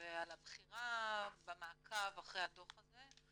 ועל הבחירה במעקב אחרי הדו"ח הזה.